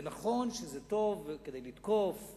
זה נכון שזה טוב כדי לתקוף,